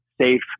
safe